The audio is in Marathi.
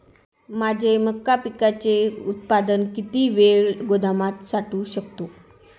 माझे मका पिकाचे उत्पादन किती वेळ गोदामात साठवू शकतो?